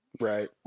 right